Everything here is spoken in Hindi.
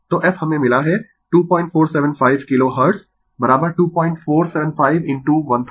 तो f हमें मिला है 2475 किलो हर्ट्ज 2475 इनटू 1000